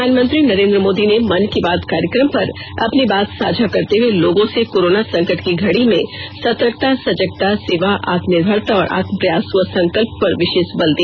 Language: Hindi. प्रधानमंत्री नरेन्द्र मोदी ने मन की बात कार्यक्रम पर अपनी बात साझा करते हुए लोगों से कोरोना संकट की घडी में सर्तकता सजगता सेवा आत्मनिर्भरता और आत्मप्रयास व संकल्प पर विषेष बल दिया